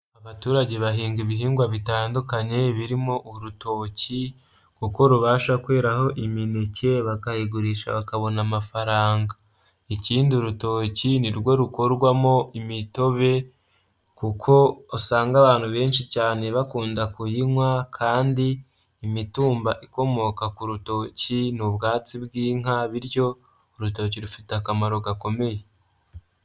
Abaturage bahinga ibihingwa bitandukanye birimo urutoki kuko rubasha kweraho imineke bakayigurisha bakabona amafaranga, ikindi urutoki ni rwo rukorwamo imitobe kuko usanga abantu benshi cyane bakunda kuyinywa kandi imitumba ikomoka ku rutoki ni ubwatsi bw'inka bityo urutoki rufite akamaro gakomeye.